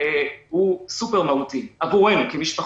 הוא סופר מהותי עבורנו כמשפחות.